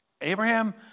Abraham